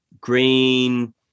green